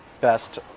best